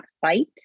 fight